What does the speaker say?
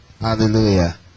hallelujah